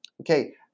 Okay